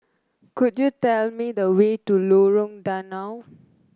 could you tell me the way to Lorong Danau